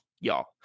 y'all